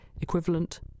equivalent